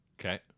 okay